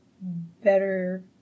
better